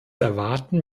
erwarten